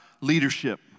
leadership